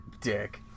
dick